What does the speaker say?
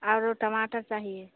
are वो टमाटर चाहिए